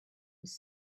was